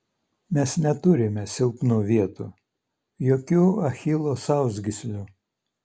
mes neturime silpnų vietų jokių achilo sausgyslių